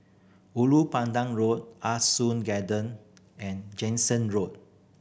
Ulu Pandan Road Ah Soon Garden and Jansen Road